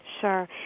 Sure